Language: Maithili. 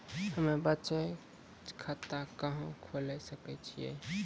हम्मे बचत खाता कहां खोले सकै छियै?